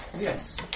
Yes